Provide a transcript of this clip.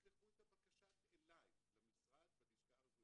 שישלחו את הבקשה אליי, למשרד בלשכה הרפואית.